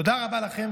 תודה רבה לכם.